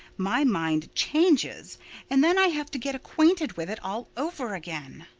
my mind changes and then i have to get acquainted with it all over again.